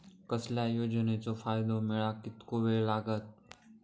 कसल्याय योजनेचो फायदो मेळाक कितको वेळ लागत?